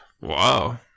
Wow